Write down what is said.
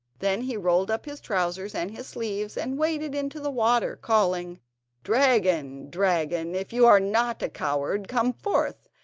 then he rolled up his trousers and his sleeves, and waded into the water, calling dragon! dragon! if you are not a coward, come forth,